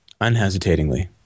Unhesitatingly